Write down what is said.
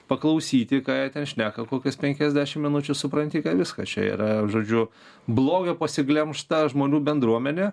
paklausyti ką šneka kokias penkiasdešim minučių supranti kad viskas čia yra žodžiu blogio pasiglemžta žmonių bendruomenė